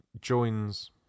joins